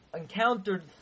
encountered